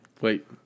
Wait